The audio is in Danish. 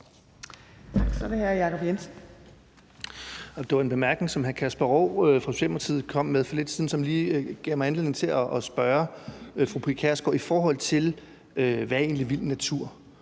Tak. Så er det hr. Jacob Jensen.